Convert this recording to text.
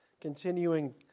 continuing